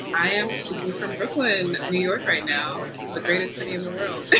i am speaking from brooklyn, new york right now. the greatest city in the world but